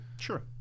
Sure